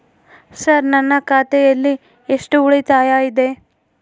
Sir ನನ್ನ ಖಾತೆಯಲ್ಲಿ ಎಷ್ಟು ಉಳಿತಾಯ ಇದೆ?